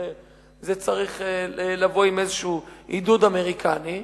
צריכות לבוא עם איזשהו עידוד אמריקני.